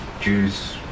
Jews